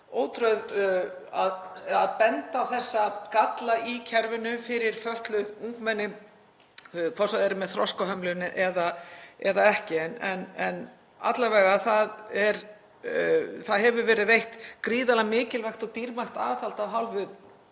ótrauð bent á þessa galla í kerfinu fyrir fötluð ungmenni, hvort sem þau eru með þroskahömlun eða ekki. Það hefur verið veitt gríðarlega mikilvægt og dýrmætt aðhald af hálfu